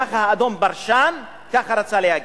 ככה האדון פרשן, ככה רצה להגיד.